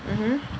mmhmm